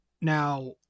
Now